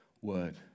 word